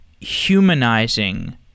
humanizing